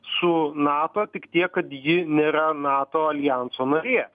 su nato tik tiek kad ji nėra nato aljanso narė